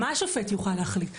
מה הוא יוכל להחליט?